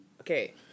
Okay